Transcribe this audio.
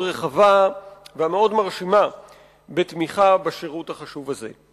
רחבה ומאוד מרשימה בתמיכה בשירות החשוב הזה.